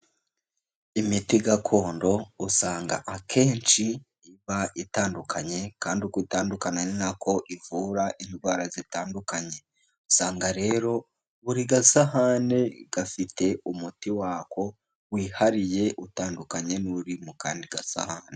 Imiti gakondo usanga akenshi iba itandukanye kandi uko itandukana ni nako ivura indwara zitandukanye. Usanga rero buri gasahane gafite umuti wako wihariye utandukanye n'uri mu kandi gasahane.